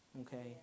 okay